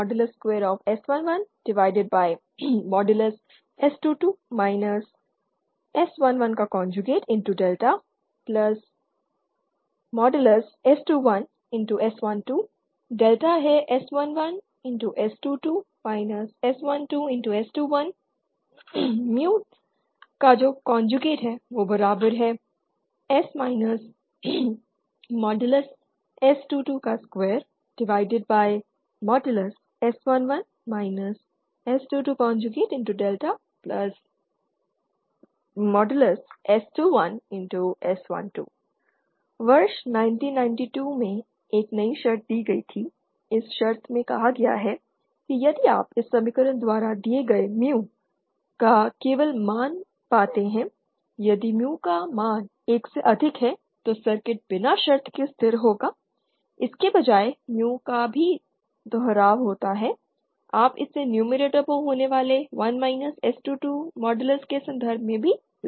μ1 μ1 S112S22 S11∆S21S12 ∆S11S22 S12S21 1 S222S11 S22∆S21S12 वर्ष 1992 में एक नई शर्त दी गई थी इस शर्त में कहा गया है कि यदि आप इस समीकरण द्वारा दिए गए mue का केवल मान पाते हैं और यदि mue का मान 1 से अधिक है तो सर्किट बिना शर्त के स्थिर हो जाता है इसके बजाय Mue का भी दोहराव होता है आप इसे नुमेरेटर पर होने वाले 1 S22 मॉडलस के संदर्भ में भी लिख सकते हैं